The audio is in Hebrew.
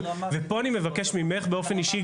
ופה אני מבקש ממך באופן אישי,